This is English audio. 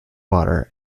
water